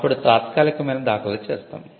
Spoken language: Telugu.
అప్పుడు తాత్కాలికమైన దాఖలు చేస్తాం